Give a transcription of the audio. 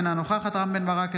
אינה נוכחת רם בן ברק,